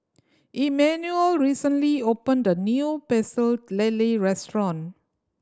Immanuel recently opened a new Pecel Lele restaurant